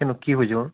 কেন কী হয়েছে ওর